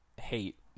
hate